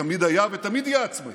תמיד היה ותמיד יהיה עצמאי,